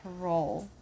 parole